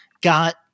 got